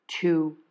Two